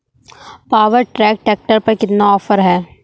Power track tractor पर कितना offer है?